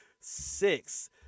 six